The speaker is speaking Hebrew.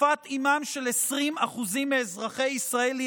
שפת אימם של 20% מאזרחי ישראל היא